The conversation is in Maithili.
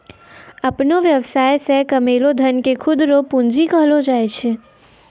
अपनो वेवसाय से कमैलो धन के खुद रो पूंजी कहलो जाय छै